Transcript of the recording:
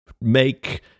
make